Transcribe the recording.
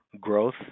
growth